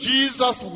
Jesus